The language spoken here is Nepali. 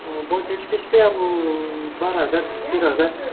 बजट त्यस्तै अब बाह्र हजार तेह्र हजार